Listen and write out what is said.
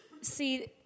See